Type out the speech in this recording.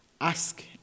ask